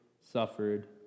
suffered